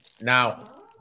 Now